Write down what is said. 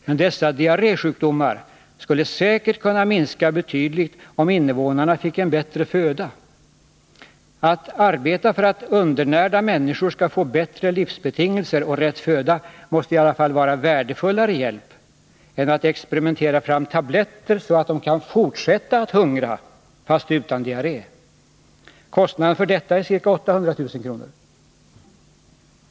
Men dessa diarrésjukdomar skulle säkert kunna minska betydligt, om innevånarna fick en bättre föda. Att arbeta för att undernärda människor skall få bättre levnadsbetingelser och rätt föda måste i alla fall vara en värdefullare hjälp än att experimentera fram tabletter så att de kan fortsätta att hungra — fast utan diarré. Kostnaden för detta projekt är ca 800 000 kr.